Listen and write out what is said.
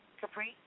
Capri